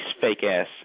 fake-ass